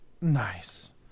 Nice